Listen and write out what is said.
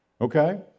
Okay